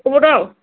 बबेबाव दं